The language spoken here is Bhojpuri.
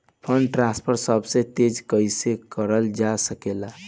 फंडट्रांसफर सबसे तेज कइसे करल जा सकेला?